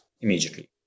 immediately